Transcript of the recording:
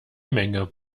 menge